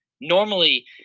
Normally